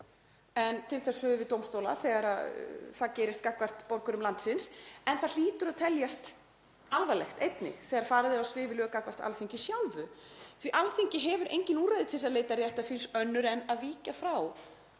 en til þess höfum við dómstóla þegar það gerist gagnvart borgurum landsins. En það hlýtur einnig að teljast alvarlegt þegar farið er á svig við lög gagnvart Alþingi sjálfu því að Alþingi hefur engin úrræði til að leita réttar síns önnur en að víkja frá